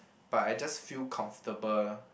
but I just feel comfortable